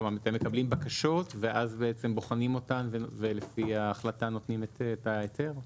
אתם מקבלים בקשות ואז בוחנים אותן ולפי ההחלטה נותנים את ההיתר?